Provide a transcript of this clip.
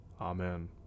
Amen